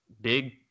big